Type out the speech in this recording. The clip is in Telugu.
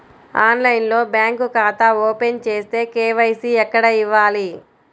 ఆన్లైన్లో బ్యాంకు ఖాతా ఓపెన్ చేస్తే, కే.వై.సి ఎక్కడ ఇవ్వాలి?